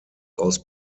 aus